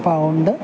pound